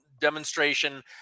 demonstration